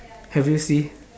have you see